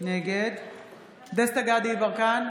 נגד דסטה גדי יברקן,